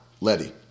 Letty